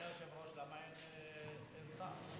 עם כל הכבוד, למה אין שר?